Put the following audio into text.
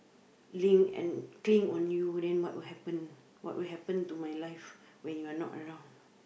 clin~ and cling on you then what will happen what will happen to my life when you are not around